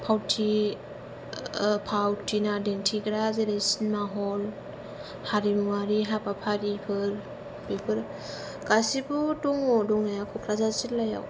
फावथिना दिन्थिग्रा जेरै सिनेमा हल हारिमुवारि हाबाफारिफोर बेफोर गासिबो दङ दंनाया ककराझार जिल्लायाव